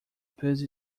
busy